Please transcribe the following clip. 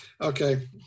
Okay